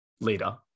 leader